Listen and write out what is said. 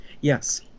Yes